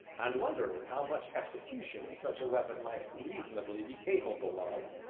and wondering how much execution such a weapon might reasonably be capable of,